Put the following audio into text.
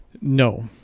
No